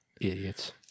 Idiots